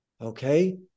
Okay